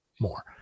More